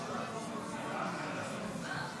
לא, חבר הכנסת ירון לוי לא.